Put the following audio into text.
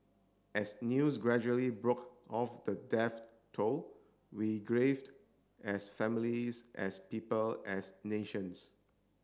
as news gradually broke of the death toll we graved as families as people as nations